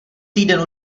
týden